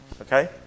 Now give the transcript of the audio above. okay